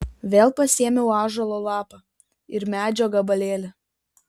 vėl pasiėmiau ąžuolo lapą ir medžio gabalėlį